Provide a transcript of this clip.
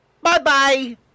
Bye-bye